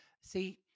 See